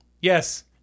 Yes